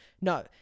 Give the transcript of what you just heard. no